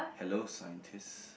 hello scientist